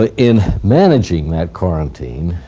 ah in managing that quarantine